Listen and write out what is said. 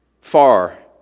far